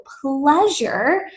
Pleasure